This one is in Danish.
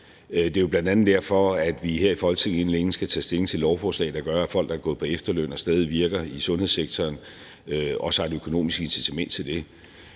det er jo bl.a. derfor, vi her i Folketinget inden længe skal tage stilling til et lovforslag, der gør, at folk, der er gået på efterløn og stadig virker i sundhedssektoren, også har et økonomisk incitament til det,